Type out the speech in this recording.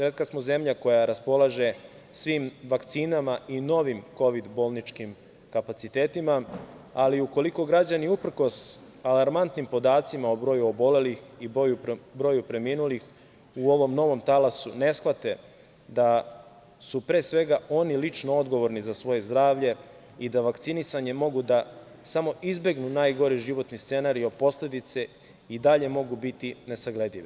Retka smo zemlja koja raspolaže svim vakcinama i novim Kovid bolničkim kapacitetima, ali ukoliko građani uprkos alarmantnim podacima o broju obolelih i broju preminulih u ovom novom talasu ne shvate da su pre svega oni lično odgovorni za svoje zdravlje i da vakcinisanjem mogu da samo izbegnu najgori životni scenario, posledice i dalje mogu biti nesagledive.